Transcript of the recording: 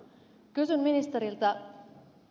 kysyn ministeriltä